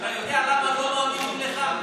אתה יודע למה לא מאמינים לך?